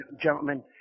gentlemen